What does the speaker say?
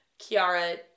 Kiara